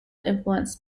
influenced